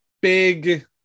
big